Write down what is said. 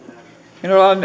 minulla on